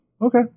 Okay